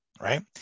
right